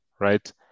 right